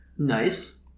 Nice